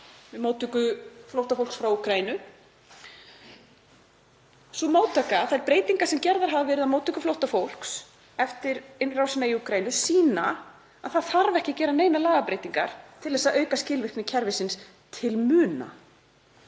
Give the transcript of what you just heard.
við móttöku flóttafólks frá Úkraínu. Þær breytingar sem gerðar hafa verið á móttöku flóttafólks eftir innrásina í Úkraínu sýna að það þarf ekki að gera neinar lagabreytingar til að auka skilvirkni kerfisins til muna,